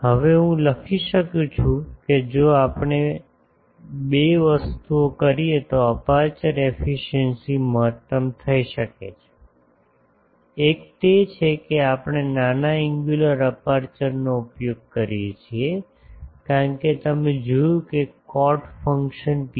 હવે હું લખી શકું છું કે જો આપણે બે વસ્તુઓ કરીએ તો અપેર્ચર એફિસિએંસી મહત્તમ થઈ શકે છે એક તે છે કે આપણે નાના એન્ગ્યુલર અપેર્ચરનો ઉપયોગ કરીએ છીએ કારણ કે તમે જોયું કે cot function psi